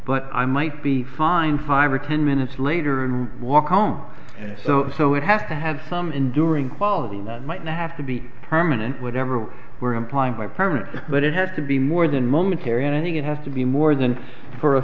but i might be fine five or ten minutes later and walk home so it have to have some enduring quality lead might not have to be permanent whatever you were implying by parents but it has to be more than momentary and i think it has to be more than for a